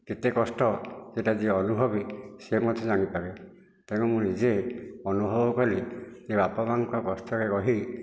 କେତେ କଷ୍ଟ ସେଇଟା ଯିଏ ଅନୁଭବୀ ସେ ମଧ୍ୟ ଜାଣିପାରେ ତେଣୁ ମୁଁ ନିଜେ ଅନୁଭବ କଲି ଯେ ବାପା ମା'ଙ୍କର କଷ୍ଟରେ ରହି